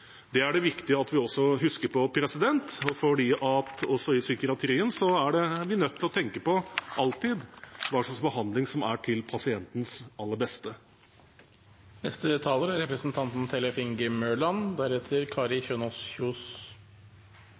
Det er det viktig at vi husker på, for også i psykiatrien er vi nødt til alltid å tenke på hva slags behandling som er til pasientens aller beste. Vi er